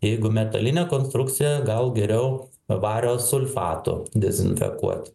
jeigu metalinė konstrukcija gal geriau vario sulfatu dezinfekuot